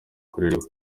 kuririmba